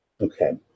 Okay